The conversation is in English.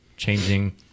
changing